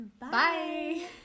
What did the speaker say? Bye